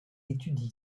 étudie